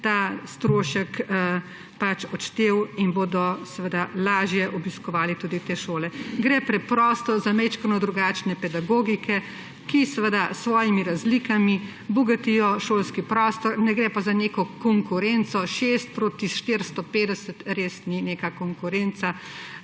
ta strošek pač odštel in bodo seveda lažje obiskovali tudi te šole. Gre preprosto za malo drugačne pedagogike, ki seveda s svojimi razlikami bogatijo šolski prostor. Ne gre pa za neko konkurenco, 6 proti 450 res ni neka konkurenca